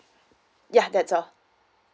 yeah that's all